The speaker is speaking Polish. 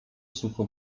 sucho